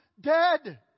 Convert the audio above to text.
dead